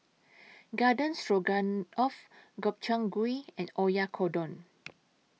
Garden Stroganoff Gobchang Gui and Oyakodon